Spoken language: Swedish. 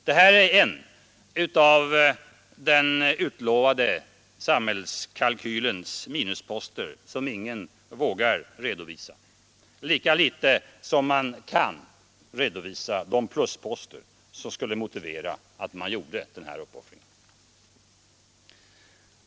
Det här är en av den utlovade samhällskalkylens minusposter som ingen vågar redovisa, lika litet som man kan redovisa de plusposter som skulle motivera att man gjorde den här uppoffringen.